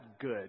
good